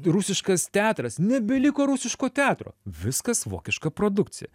rusiškas teatras nebeliko rusiško teatro viskas vokiška produkcija